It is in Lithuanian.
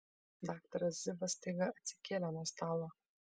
daktaras zivas staiga atsikėlė nuo stalo